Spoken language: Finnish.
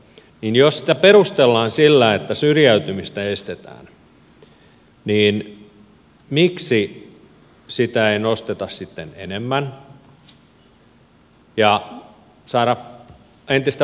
jos sitä perustellaan sillä että syrjäytymistä estetään niin miksi sitä ei nosteta sitten enemmän ja saada entistä parempia tuloksia